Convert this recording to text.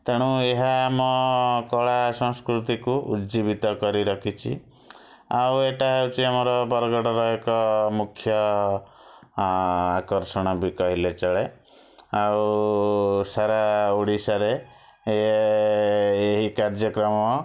ତେଣୁ ଏହା ଆମ କଳା ସଂସ୍କୃତିକୁ ଉଜ୍ଜୀବିତ କରି ରଖିଛି ଆଉ ଏଇଟା ହେଉଛି ଆମର ବରଗଡ଼ର ଏକ ମୁଖ୍ୟ ଆକର୍ଷଣ ବି କହିଲେ ଚଳେ ଆଉ ସାରା ଓଡ଼ିଶାରେ ଏହି କାର୍ଯ୍ୟକ୍ରମ